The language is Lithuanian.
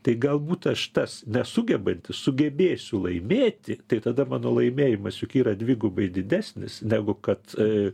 tai galbūt aš tas nesugebantis sugebėsiu laimėti tai tada mano laimėjimas juk yra dvigubai didesnis negu kad